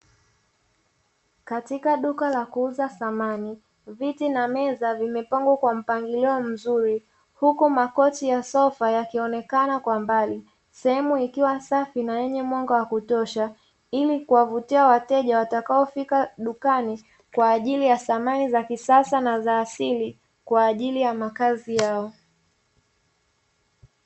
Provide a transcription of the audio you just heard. Katika duka la kuuza samani, viti na meza vimepangwa kwa mpangilio mzuri, huku makochi ya sofa yakionekana kwa mbali. Sehemu ikiwa safi na yenye mwanga wa kutosha, ili kuwavutia wateja watakaofika dukani kwa ajili ya samani za kisasa na za asili kwa ajili ya makazi yao.